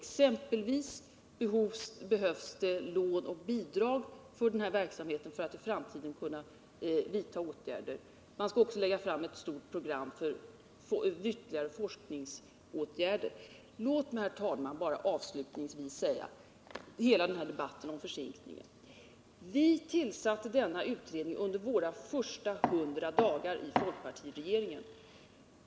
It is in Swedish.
Det behövs exempelvis lån och bidrag till verksamheten för att i framtiden kunna vidta åtgärder. Man skall också lägga fram ett stort program för ytterligare forskningsåtgärder. Låt mig, herr talman, bara avslutningsvis få säga att vi tillsatte denna utredning under våra första hundra dagar i folkpartiregeringen.